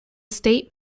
state